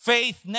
Faith